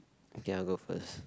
okay I will go first